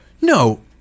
No